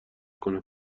کنم